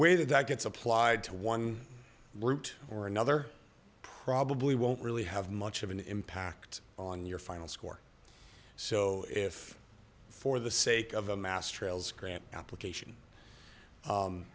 way that that gets applied to one route or another probably won't really have much of an impact on your final score so if for the sake of a